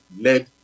led